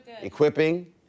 equipping